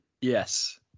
Yes